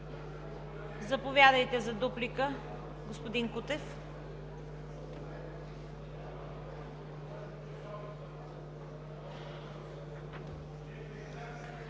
Заповядайте за дуплика, господин Кутев.